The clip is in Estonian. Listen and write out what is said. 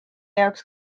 jaoks